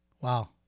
Wow